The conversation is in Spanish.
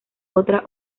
otra